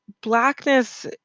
Blackness